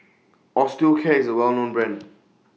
Osteocare IS A Well known Brand